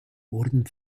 wurden